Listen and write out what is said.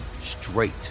straight